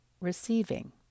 receiving